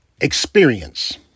experience